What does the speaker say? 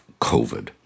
COVID